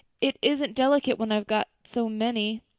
it isn't delicate when i've got so many.